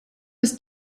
was